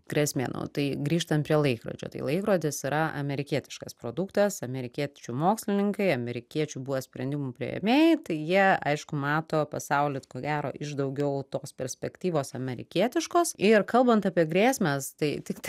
grėsmė nu tai grįžtant prie laikrodžio tai laikrodis yra amerikietiškas produktas amerikiečių mokslininkai amerikiečių buvo sprendimų priėmėjai tai jie aišku mato pasaulį ko gero iš daugiau tos perspektyvos amerikietiškos ir kalbant apie grėsmes tai tik